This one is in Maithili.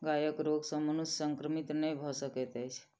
गायक रोग सॅ मनुष्य संक्रमित नै भ सकैत अछि